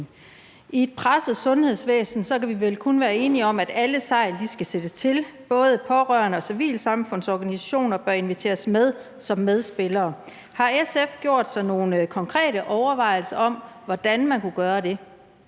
I et presset sundhedsvæsen kan vi vel kun være enige om, at alle sejl skal sættes til. Både pårørende og civilsamfundsorganisationer bør inviteres med som medspillere. Har SF gjort sig nogen konkrete overvejelser om, hvordan man kunne gøre det?